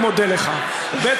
קודם כול, אני מודה לך, ב.